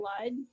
blood